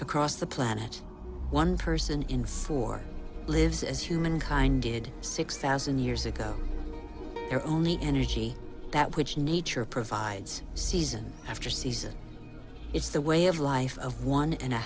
across the planet one person in four lives as humankind did six thousand years ago their only energy that which nature provides season after season is the way of life of one and a